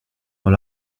dans